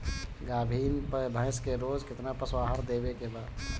गाभीन भैंस के रोज कितना पशु आहार देवे के बा?